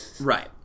Right